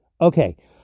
okay